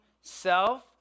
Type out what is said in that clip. self